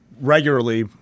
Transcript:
regularly